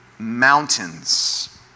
mountains